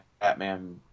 Batman